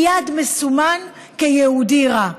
מייד מסומן כיהודי רע.